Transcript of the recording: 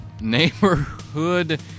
Neighborhood